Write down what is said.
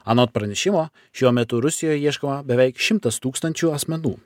anot pranešimo šiuo metu rusijoj ieško beveik šimtas tūkstančių asmenų